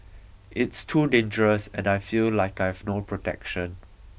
it's too dangerous and I feel like I have no protection